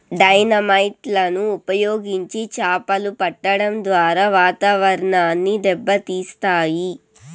dynamite లను ఉపయోగించి చాపలు పట్టడం ద్వారా వాతావరణాన్ని దెబ్బ తీస్తాయి